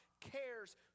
cares